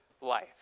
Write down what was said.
life